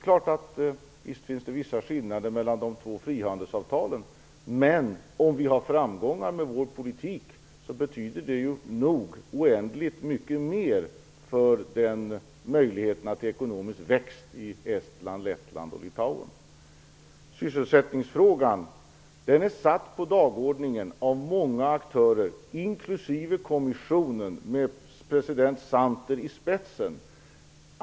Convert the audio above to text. Visst finns det vissa skillnader mellan de två frihandelsavtalen, men om vi har framgångar med vår politik betyder det nog oändligt mycket mer för möjligheterna till ekonomisk växt i Sysselsättningsfrågan är satt på dagordningen av många aktörer, inklusive kommissionen med president Santer i spetsen.